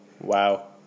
Wow